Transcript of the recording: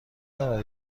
دارد